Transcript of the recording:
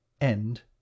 End